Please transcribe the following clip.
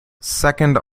second